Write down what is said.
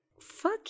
fuck